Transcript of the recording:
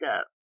up